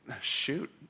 shoot